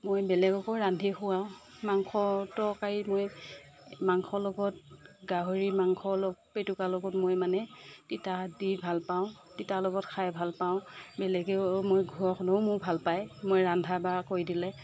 মই বেলেগকো ৰান্ধি খুৱাওঁ মাংস তৰকাৰী মই মাংসৰ লগত গাহৰি মাংসৰ লগত পেটুকাৰ লগত মই মানে তিতা দি ভাল পাওঁ তিতাৰ লগত খায় ভাল পাওঁ বেলেগেও মোৰ ঘৰখনেও মোৰ ভাল পায় মই ৰান্ধা বাহা কৰি দিলে